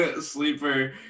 sleeper